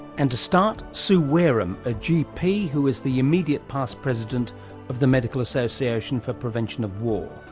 and to start sue wareham, a gp who is the immediate past president of the medical association for prevention of war.